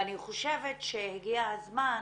ואני חושבת שהגיע הזמן